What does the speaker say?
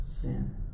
sin